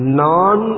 non